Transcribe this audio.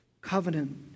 covenant